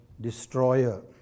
destroyer